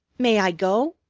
may i go?